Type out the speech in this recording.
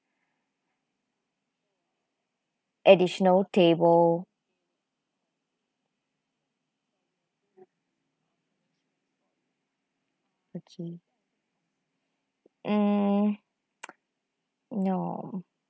additional table okay mm no